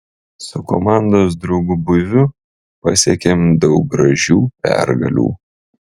su komandos draugu buiviu pasiekėm daug gražių pergalių